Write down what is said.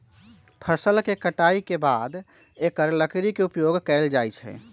फ़सल के कटाई के बाद एकर लकड़ी के उपयोग कैल जाइ छइ